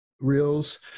reels